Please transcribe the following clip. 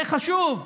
זה חשוב.